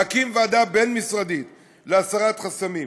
ולהקים ועדה בין-משרדית להסרת חסמים.